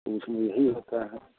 इसमें यही होता है